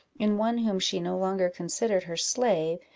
in one whom she no longer considered her slave,